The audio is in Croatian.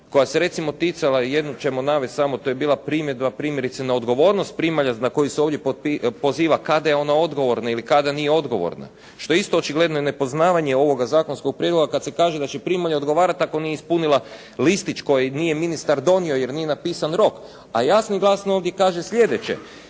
koja se recimo ticala i jednu ćemo navesti samo. To je bila primjedba primjerice na odgovornost primalja na koju se ovdje poziva, kada je ona odgovorna ili kada nije odgovorna, što je isto očigledno nepoznavanje ovoga zakonskog prijedloga kad se kaže da će primalja odgovarati ako nije ispunila listić koji nije ministar donio jer nije napisan rok. A jasno i glasno ovdje kaže sljedeće,